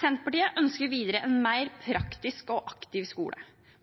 Senterpartiet ønsker videre en mer praktisk og aktiv skole,